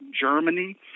Germany